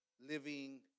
living